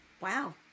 wow